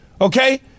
okay